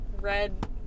red